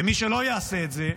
ומי שלא יעשה את זה,